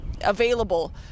available